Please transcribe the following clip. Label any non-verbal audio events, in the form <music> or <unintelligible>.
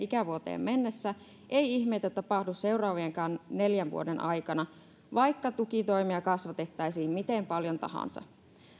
<unintelligible> ikävuoteen mennessä ei ihmeitä tapahdu seuraavienkaan neljän vuoden aikana vaikka tukitoimia kasvatettaisiin miten paljon tahansa